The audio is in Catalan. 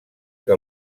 que